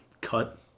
cut